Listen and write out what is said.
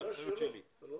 זו אחריות שלי.